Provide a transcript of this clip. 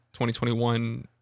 2021